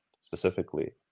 specifically